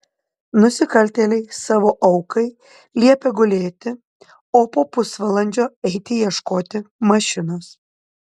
nusikaltėliai savo aukai liepė gulėti o po pusvalandžio eiti ieškoti mašinos